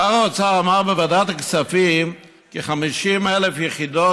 שר האוצר אמר בוועדת הכספים כי יש 50,000 יחידות